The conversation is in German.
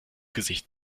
gesicht